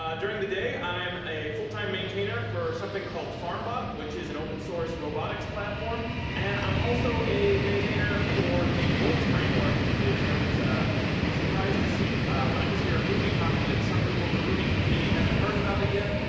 um during the day, i'm a full-time maintainer for something called farmbot, but which is an opensource robotics platform and i'm also a maintainer for the volt framework, which i was surprised to see when i was here at rubyconf that some people in the ruby community haven't heard about it yet.